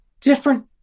different